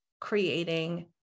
creating